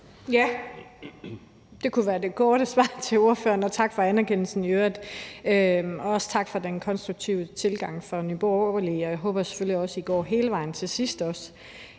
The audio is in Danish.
Ja. Det kunne være det korte svar til ordføreren. Tak for anerkendelsen i øvrigt, og også tak for den konstruktive tilgang fra Nye Borgerlige. Jeg håber selvfølgelig også, I går hele vejen til sidst,